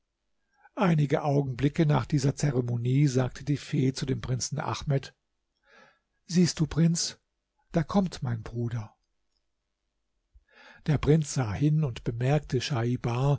einige augenblicke nach dieser zeremonie sagte die fee zu dem prinzen ahmed siehst du prinz da kommt mein bruder der prinz sah hin und bemerkte schaibar